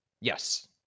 Yes